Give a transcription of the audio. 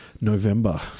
November